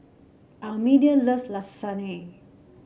Almedia loves Lasagne